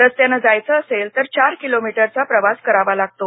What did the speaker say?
रस्त्यानं जायचं असेल तर चार किलोमीटरचा प्रवास करावा लागतो